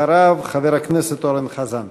אחריו, חבר הכנסת אורן חזן.